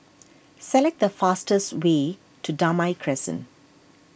select the fastest way to Damai Crescent